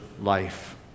life